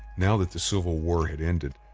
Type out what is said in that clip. now that the civil war had ended,